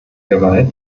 gewalt